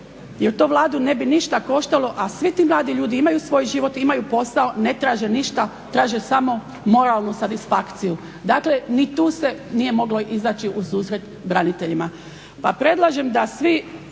jer to Vladu ne bi ništa koštalo, a svi ti mladi ljudi imaju svoj život, imaju posao, ne traže ništa, traže samo moralnu satisfakciju. Dakle, ni tu se nije moglo izaći u susret braniteljima.